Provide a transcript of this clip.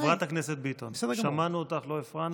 חברת הכנסת ביטון, שמענו אותך, לא הפרענו.